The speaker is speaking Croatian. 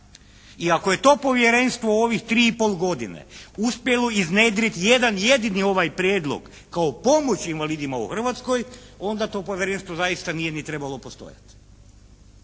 I ako je to povjerenstvo u ovih 3 i pol godine uspjelo iznjedriti jedan jedini ovaj prijedlog kao pomoć invalidima u Hrvatskoj, onda to povjerenstvo zaista nije ni trebalo postojati.